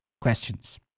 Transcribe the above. Questions